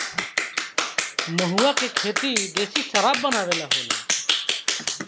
महुवा के खेती देशी शराब बनावे ला होला